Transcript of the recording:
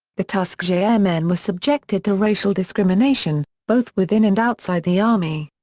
the tuskegee airmen were subjected to racial discrimination, both within and outside the army.